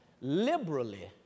liberally